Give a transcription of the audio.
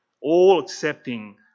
all-accepting